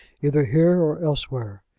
either here or elsewhere.